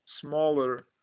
smaller